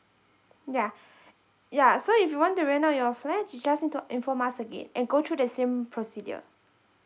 yeah yeah so if you want to rent out your flat you just need to inform us again and go through the same procedure